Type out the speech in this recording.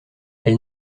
elle